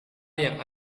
yang